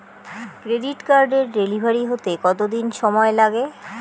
Credit কার্ডের delivery হতে কতদিন সময় লাগে?